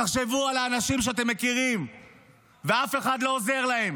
תחשבו על האנשים שאתם מכירים ואף אחד לא עוזר להם.